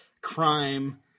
crime